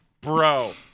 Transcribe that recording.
Bro